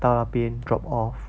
到那边 drop off